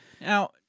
Now